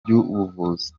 by’ubuvuzi